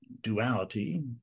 duality